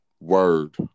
Word